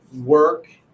work